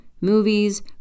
movies